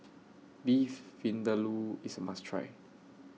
Beef Vindaloo IS A must Try